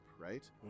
right